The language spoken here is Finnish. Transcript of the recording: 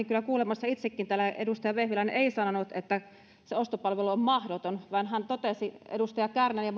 kyllä kuulemassa sen itsekin että täällä edustaja vehviläinen ei sanonut että se ostopalvelu on mahdoton vaan hän totesi edustaja kärnän